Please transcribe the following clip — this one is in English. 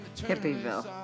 Hippieville